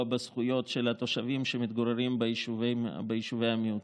בזכויות של התושבים שמתגוררים ביישובי המיעוטים.